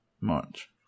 March